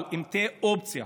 אבל אם תהיה אופציה